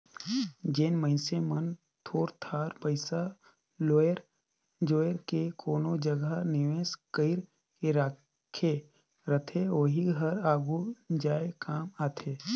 जेन मइनसे मन थोर थार पइसा लोएर जोएर के कोनो जगहा निवेस कइर के राखे रहथे ओही हर आघु जाए काम आथे